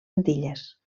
antilles